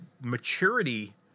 maturity